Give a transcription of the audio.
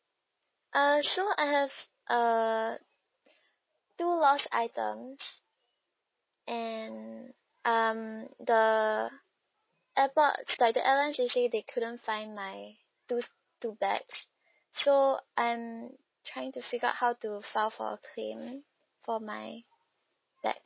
uh so I have uh two lost items and um the airport like the airline they said they couldn't find my two two bags so I am trying to figure out how to file for a claim for my bags